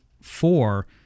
four